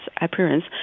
appearance